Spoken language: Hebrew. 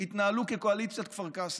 התנהלו כקואליציית כפר קאסם.